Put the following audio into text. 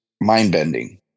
mind-bending